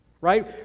right